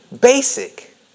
basic